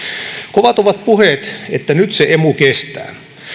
kovat ovat puheet että nyt se emu kestää